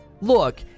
Look